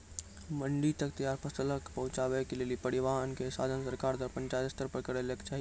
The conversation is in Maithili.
मंडी तक तैयार फसलक पहुँचावे के लेल परिवहनक या साधन सरकार द्वारा पंचायत स्तर पर करै लेली चाही?